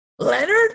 Leonard